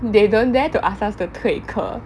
they don't dare to ask us to 退课